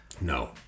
No